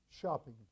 shopping